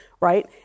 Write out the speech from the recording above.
Right